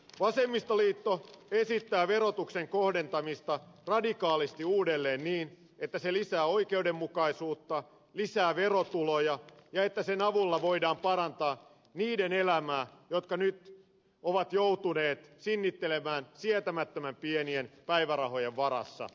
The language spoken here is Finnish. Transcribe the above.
vasemmistoliitto esittää verotuksen kohdentamista radikaalisti uudelleen niin että se lisää oikeudenmukaisuutta lisää verotuloja ja että sen avulla voidaan parantaa niiden elämää jotka nyt ovat joutuneet sinnittelemään sietämättömän pienien päivärahojen varassa